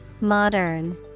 Modern